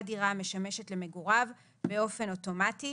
דירה המשמשת למגוריו באופן אוטומטי,